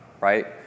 right